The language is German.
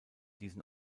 diesen